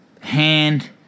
hand